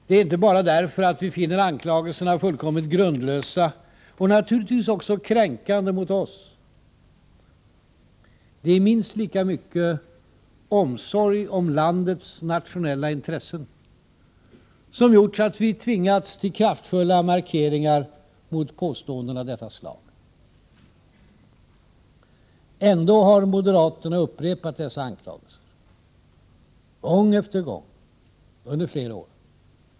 Det är inte bara därför att vi finner anklagelserna fullkomligt grundlösa, och naturligtvis också kränkande mot oss. Det är minst lika mycket omsorg om landets nationella intressen som gjort att vi tvingats till kraftfulla markeringar mot påståenden av detta slag. Ändå har moderaterna upprepat dessa anklagelser, gång efter gång, under flera år.